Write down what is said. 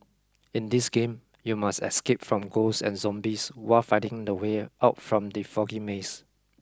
in this game you must escape from ghosts and zombies while finding the way out from the foggy maze